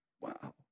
wow